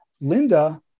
Linda